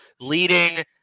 leading